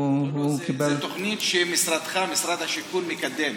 הוא קיבל, זו תוכנית שמשרדך, משרד השיכון, מקדם.